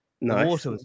nice